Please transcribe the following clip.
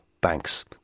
banks